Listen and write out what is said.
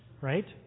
right